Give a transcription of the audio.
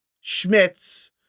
Schmitz